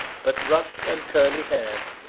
but rough and curly-haired.